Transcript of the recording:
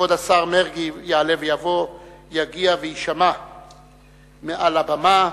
כבוד השר מרגי יעלה ויבוא, יגיע ויישמע מעל הבמה,